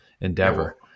endeavor